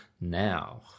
now